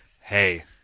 hey